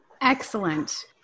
Excellent